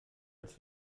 als